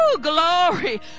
Glory